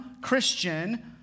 Christian